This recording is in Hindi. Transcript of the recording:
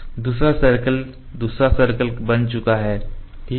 दूसरा सर्कल दूसरा सर्कल बन चुका है ठीक है